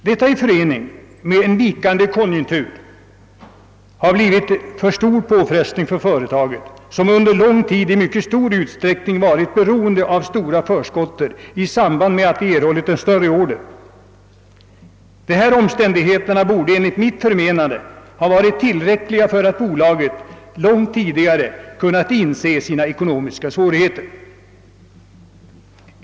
Detta i förening med en vikande konjunktur har blivit för stor påfrestning för företaget, som under lång tid i mycket stor utsträckning varit beroende av stora förskott i samband med erhållandet av större order. Dessa omständigheter borde enligt mitt förmenande ha varit tillräckliga för att bolaget långt tidigare skulle ha insett sina ekonomiska svårigheter.